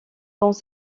dans